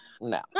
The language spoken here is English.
No